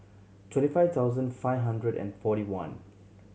twenty five thousand five hundred and forty one